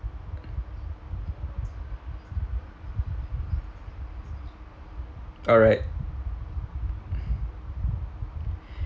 alright